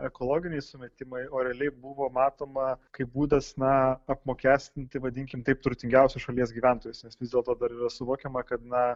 ekologiniai sumetimai o realiai buvo matoma kaip būdas na apmokestinti vadinkim taip turtingiausius šalies gyventojus nes vis dėlto dar yra suvokiama kad na